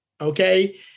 okay